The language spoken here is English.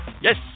yes